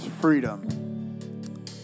freedom